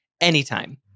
anytime